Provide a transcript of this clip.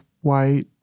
white